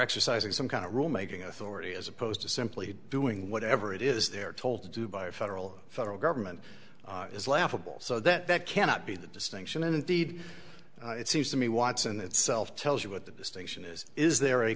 exercising some kind of rule making authority as opposed to simply doing whatever it is they're told to do by federal federal government is laughable so that that cannot be the distinction indeed it seems to me watson itself tells you what the distinction is is there a